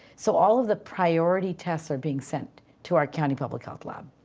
so all of the priority tests are being sent to our county public health lab.